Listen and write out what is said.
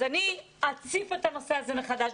אני אציף את הנושא הזה מחדש.